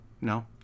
No